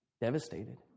devastated